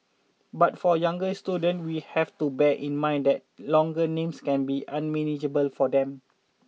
but for younger students we have to bear in mind that longer names can be unmanageable for them